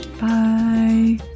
Bye